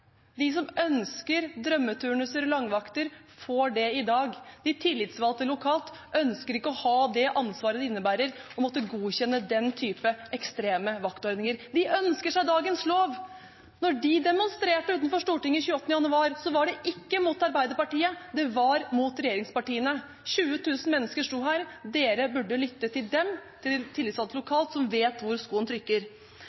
De som ønsker drømmeturnuser og langvakter, får det i dag. De tillitsvalgte lokalt ønsker ikke å ha det ansvaret det innebærer å måtte godkjenne den typen ekstreme vaktordninger. De ønsker seg dagens lov. Da de demonstrerte utenfor Stortinget 28. januar, var det ikke mot Arbeiderpartiet, det var mot regjeringspartiene. 20 000 mennesker sto her, og dere burde lytte til de tillitsvalgte lokalt som vet hvor skoen trykker.